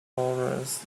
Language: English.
laurence